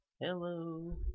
Hello